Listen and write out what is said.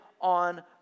on